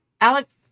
Alex